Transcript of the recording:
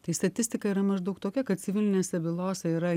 tai statistika yra maždaug tokia kad civilinėse bylose yra